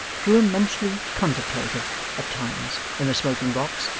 grew immensely contemplative, at times, in the smoking-box,